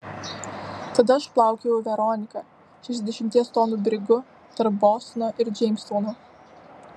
tada aš plaukiojau veronika šešiasdešimties tonų brigu tarp bostono ir džeimstauno